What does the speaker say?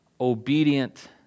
Obedient